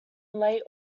late